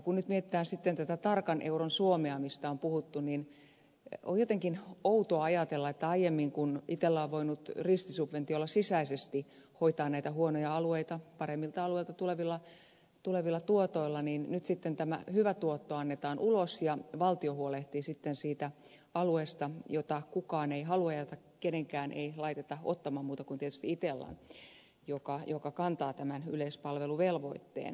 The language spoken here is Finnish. kun nyt mietitään tätä tarkan euron suomea mistä on puhuttu on jotenkin outoa ajatella että aiemmin kun itella on voinut ristisubventiolla sisäisesti hoitaa näitä huonoja alueita paremmilta alueilta tulevilla tuotoilla niin nyt sitten tämä hyvä tuotto annetaan ulos ja valtio huolehtii sitten siitä alueesta jota kukaan ei halua ja jota ketään ei laiteta ottamaan paitsi tietysti itella joka kantaa tämän yleispalveluvelvoitteen